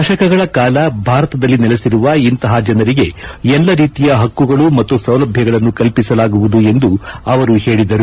ದಶಕಗಳ ಕಾಲ ಭಾರತದಲ್ಲಿ ನೆಲೆಸಿರುವ ಇಂತಹ ಜನರಿಗೆ ಎಲ್ಲಾ ರೀತಿಯ ಹಕ್ಕುಗಳು ಮತ್ತು ಸೌಲಭ್ಞಗಳನ್ನು ಕಲ್ಪಿಸಲಾಗುವುದು ಎಂದು ಅವರು ಹೇಳಿದರು